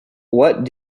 what